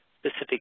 specific